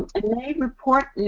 and they report,